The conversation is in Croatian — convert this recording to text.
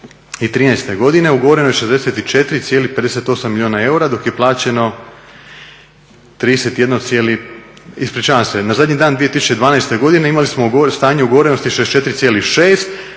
2013. godine ugovoreno je 64,58 milijuna eura dok je plaćeno 31, ispričavam se, na zadnji dan 2012. godine imali smo stanje ugovorenosti 64,6, a